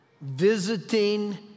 visiting